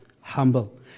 humble